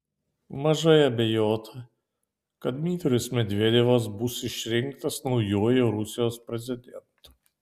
mažai abejota kad dmitrijus medvedevas bus išrinktas naujuoju rusijos prezidentu